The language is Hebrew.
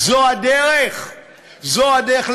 זו הדרך?